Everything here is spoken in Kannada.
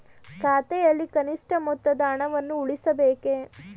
ಖಾತೆಯಲ್ಲಿ ಕನಿಷ್ಠ ಮೊತ್ತದ ಹಣವನ್ನು ಉಳಿಸಬೇಕೇ?